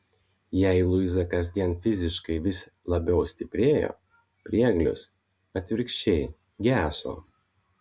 jei luiza kasdien fiziškai vis labiau stiprėjo prieglius atvirkščiai geso